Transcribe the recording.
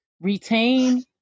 retain